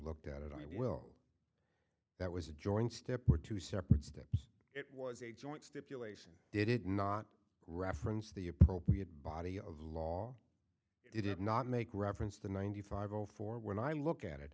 looked at it i will that was a joint step or two separate step it was a joint stipulation did it not reference the appropriate body of law it is not make reference to ninety five zero four when i look at it